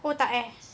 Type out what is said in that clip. kau tak eh